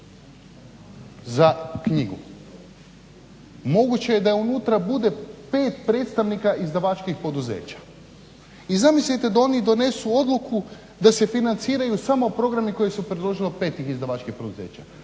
za knjigu. Moguće je da unutra bude pet predstavnika izdavačkim poduzeća i zamislite da oni donesu odluku da se financiraju samo programi koje su predložili pet izdavačkih poduzeća.